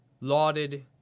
lauded